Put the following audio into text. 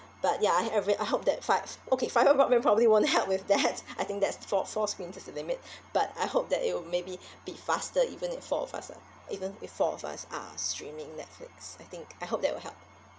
but ya I have it I hope that fi~ okay fibre broadband probably won't help with that I think that's four four streams is the limit but I hope that it'll maybe be faster even if four of us are even if four of us are streaming netflix I think I hope that'll help